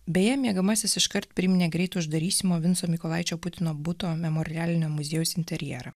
beje miegamasis iškart priminė greit uždarysimo vinco mykolaičio putino buto memorialinio muziejaus interjerą